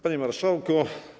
Panie Marszałku!